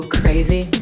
crazy